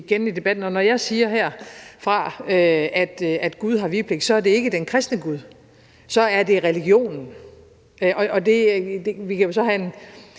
i debatten. Når jeg siger herfra, at Gud har vigepligt, er det ikke den kristne Gud, men så er det religionen. Vi kan jo så have en